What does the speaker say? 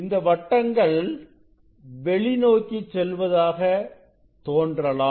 இந்த வட்டங்கள் வெளிநோக்கி செல்வதாக தோன்றலாம்